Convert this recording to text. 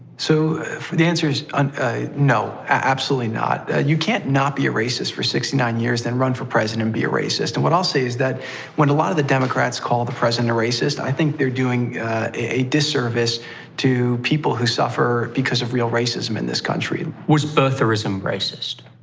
so the answer is um no, absolutely not. you can't not be a racist for sixty nine years, then run for president and be a racist. and what i'll say is that when a lot of the democrats call the president a racist i think they're doing a disservice to people who suffer because of real racism in this country. was birtherism racist?